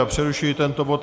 Přerušuji tento bod.